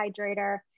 hydrator